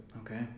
Okay